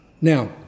Now